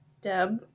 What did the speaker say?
Deb